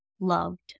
loved